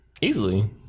Easily